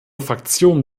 fraktion